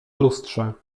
lustrze